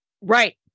Right